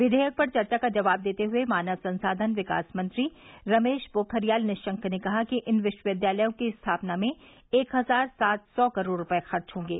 विधेयक पर चर्चा का जवाब देते हुए मानव संसाधन विकास मंत्री रमेश पोखरियाल निशंक ने कहा कि इन विश्वविद्यालयों की स्थापना में एक हजार सात सौ करोड़ रुपये खर्च होंगे